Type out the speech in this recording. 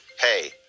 hey